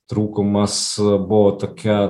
trūkumas buvo tokia